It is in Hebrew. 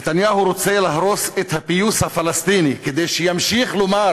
נתניהו רוצה להרוס את הפיוס הפלסטיני כדי להמשיך לומר